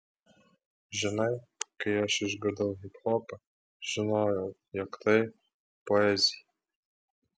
žinai kai aš išgirdau hiphopą žinojau jog tai poezija